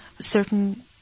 certain